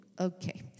Okay